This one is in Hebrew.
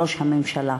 ראש הממשלה.